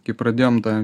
kai pradėjom tą